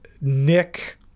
nick